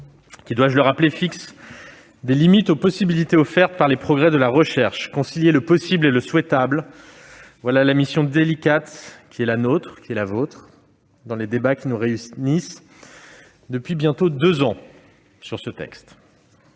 qui, dois-je le rappeler, fixe des limites aux possibilités offertes par les progrès de la recherche. Concilier le possible et le souhaitable, voilà la mission délicate qui est la nôtre, la vôtre comme celle du Gouvernement, dans les débats qui nous réunissent depuis bientôt deux ans sur ce texte.